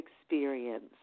experience